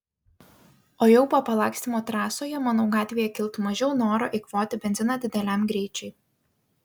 o jau po palakstymo trasoje manau gatvėje kiltų mažiau noro eikvoti benziną dideliam greičiui